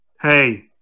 Hey